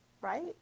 right